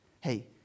Hey